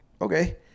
okay